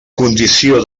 condició